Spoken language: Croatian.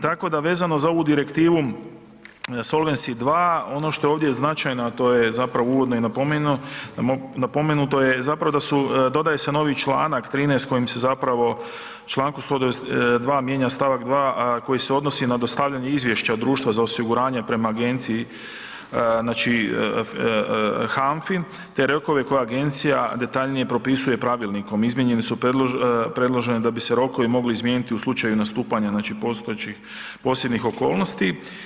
Tako da, vezano za ovu Direktivu Solvency II, ono što je ovdje značajno, a to je zapravo uvodno i napomenuto je zapravo da su, dodaje se novi čl. 13 kojim se zapravo čl. 102 mijenja st. 2 koji se odnosi na dostavljanje izvješća društva za osiguranje prema agenciji, znači HANFA-i te rokove koja Agencija detaljnije propisuje pravilnikom, izmijenjeni su predloženi da bi se rokovi mogli izmijeniti u slučaju nastupanja, znači postojećih posebnih okolnosti.